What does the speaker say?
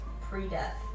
pre-death